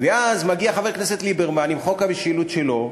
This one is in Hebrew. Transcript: ואז מגיע חבר הכנסת ליברמן עם חוק המשילות שלו,